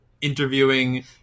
interviewing